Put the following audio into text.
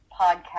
podcast